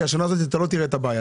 כי בשנה הזאת אתה לא תראה את הבעיה,